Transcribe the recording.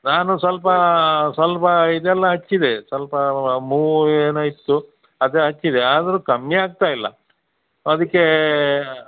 ನಾನು ಸ್ವಲ್ಪ ಸ್ವಲ್ಪ ಇದೆಲ್ಲ ಹಚ್ಚಿದೆ ಸ್ವಲ್ಪ ಮೂವ್ ಏನೋ ಇತ್ತು ಅದು ಹಚ್ಚಿದೆ ಆದರೂ ಕಮ್ಮಿ ಆಗ್ತಾಯಿಲ್ಲ ಅದಕ್ಕೆ